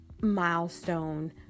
milestone